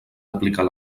aplicar